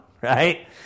right